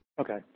Okay